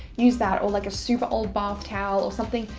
use that, or like a super old bath towel or something.